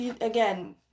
again